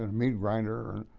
and meat grinder.